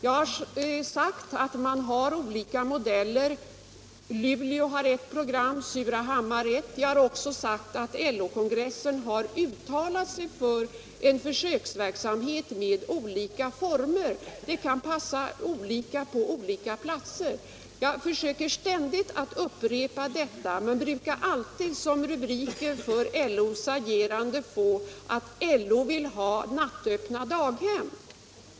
Jag har sagt att man kan ha olika modeller. Luleå har ett program, Surahammar ett annat. Jag har också sagt att LO-kongressen har uttalat sig för en försöksverksamhet i olika former. Det kan passa olika på olika platser. Jag försöker ständigt upprepa detta, men jag brukar alltid som rubriker för LO:s agerande få att LO vill ha nattöppna daghem.